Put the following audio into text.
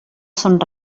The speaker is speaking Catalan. són